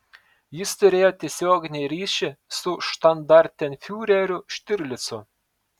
jis turėjo tiesioginį ryšį su štandartenfiureriu štirlicu